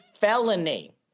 felony